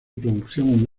producción